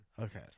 Okay